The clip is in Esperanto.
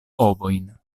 ovojn